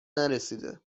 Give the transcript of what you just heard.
نرسیده